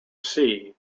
sea